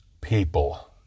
people